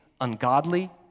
ungodly